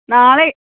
നാളെ